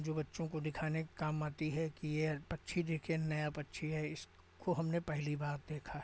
जो बच्चों को दिखाने के काम आती है कि ये पक्षी देखिए नया पक्षी है इसको हमने पहली बार देखा है